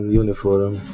uniform